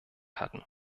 hatten